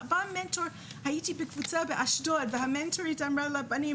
הייתי בקבוצה באשדוד, והמנטורית אמרה לבנים